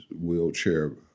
wheelchair